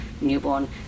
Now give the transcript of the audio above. newborn